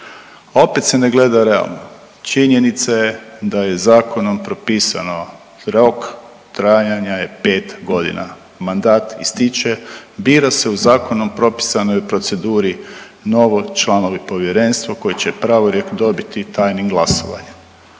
opet se ne gleda realno. Činjenica je da je zakonom propisano rok trajanja je 5 godina, mandat ističe, bira se u zakonom propisanoj proceduri novo članovi povjerenstva koji će pravorijek dobiti tajnim glasovanjem.